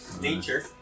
Nature